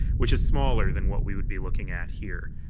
which is smaller than what we would be looking at here.